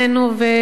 הגברת ענת לוי,